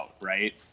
right